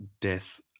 death